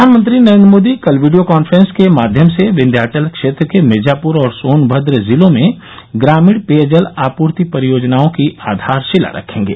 प्रधानमंत्री नरेंद्र मोदी कल video conference के माध्यम से विंध्यांचल क्षेत्र के मिर्जाप्र और सोनमद्र जिलों में ग्रामीण पेयजल आपूर्ति परियोजनाओं की आधारशिला रखेंगे